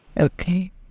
Okay